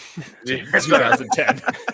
2010